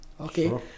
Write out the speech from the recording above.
okay